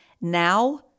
now